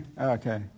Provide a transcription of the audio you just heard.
Okay